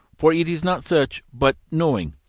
for it is not search but knowing,